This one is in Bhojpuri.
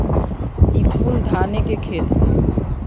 ई कुल धाने के खेत ह